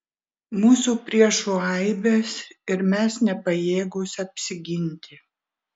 mūsų priešų aibės ir mes nepajėgūs apsiginti